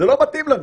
זה לא מתאים לנו.